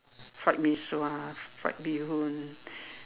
fried mee-sua fried bee-hoon